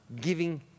giving